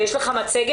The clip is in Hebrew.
ויש לך מצגת.